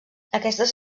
aquestes